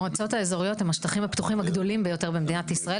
מועצות אזוריות הם השטחים הפתוחים הגדולים ביותר במדינת ישראל.